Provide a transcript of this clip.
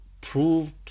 proved